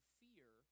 fear